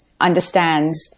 understands